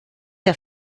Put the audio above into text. der